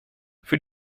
für